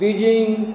Beijing